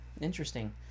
interesting